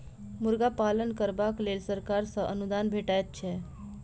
मुर्गा पालन करबाक लेल सरकार सॅ अनुदान भेटैत छै